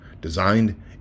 Designed